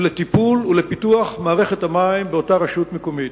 לטיפול במערכת המים ולפיתוחה באותה רשות מקומית.